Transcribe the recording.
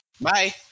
bye